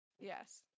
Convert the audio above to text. Yes